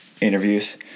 interviews